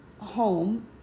home